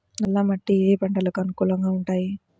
నల్ల మట్టి ఏ ఏ పంటలకు అనుకూలంగా ఉంటాయి?